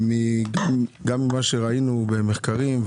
גם ממה שראינו במחקרים,